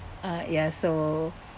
ya so